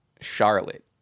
Charlotte